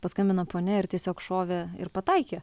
paskambino ponia ir tiesiog šovė ir pataikė